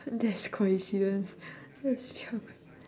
that's coincidence